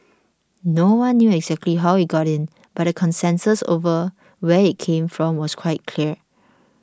no one knew exactly how it got in but the consensus over where it came from was quite clear